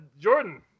Jordan